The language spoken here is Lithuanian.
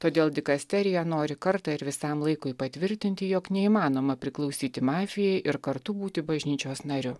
todėl dikasterija nori kartą ir visam laikui patvirtinti jog neįmanoma priklausyti mafijai ir kartu būti bažnyčios nariu